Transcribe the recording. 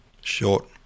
Short